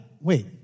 Wait